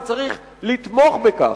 וצריך לתמוך בכך,